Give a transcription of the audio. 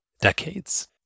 decades